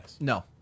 No